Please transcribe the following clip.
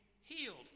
healed